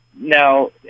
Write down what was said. Now